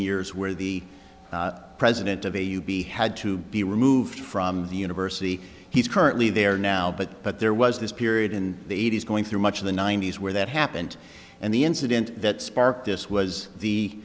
years where the president of a u b had to be removed from the university he's currently there now but but there was this period in the eighty's going through much of the ninety's where that happened and the incident that sparked this was the